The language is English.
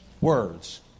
words